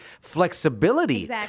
flexibility